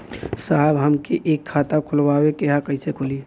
साहब हमके एक खाता खोलवावे के ह कईसे खुली?